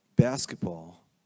Basketball